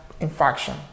infarction